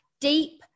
deep